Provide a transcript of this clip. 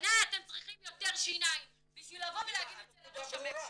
בעיני אתם צריכים יותר שיניים בשביל לבוא ולהגיד את זה לראש הממשלה.